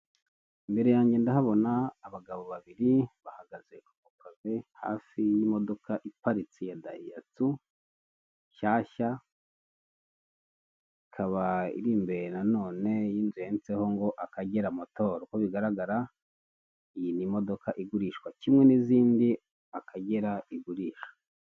Imbere yanjye ndahabona abagabo babiri bahagaze ku kazi hafi y'imodoka iparitse ya dayihatsu nshyashya, ikaba iri imbere nanone y'inzu yanditseho ngo Akagera motoro. Uko bigaragara iyi ni imodoka igurishwa kimwe n'izindi akagera igurisha.